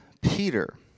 Peter